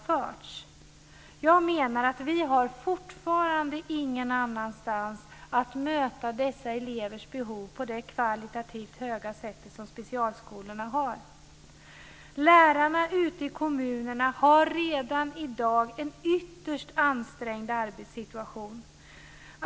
Fortfarande kan vi, menar jag, ingen annanstans möta dessa elevers behov på den kvalitativt höga nivå som specialskolorna har. Lärarna ute i kommunerna har redan i dag en ytterst ansträngd arbetssituation.